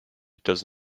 does